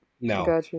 No